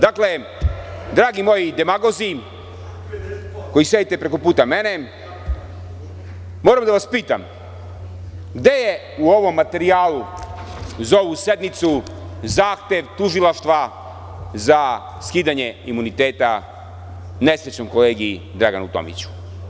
Dakle, dragi moji demagozi koji sedite preko puta mene, moram da vas pitam gde je u ovom materijalu za ovu sednicu zahtev Tužilaštva za skidanje imuniteta nesrećnom kolegi Draganu Tomiću?